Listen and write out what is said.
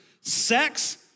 Sex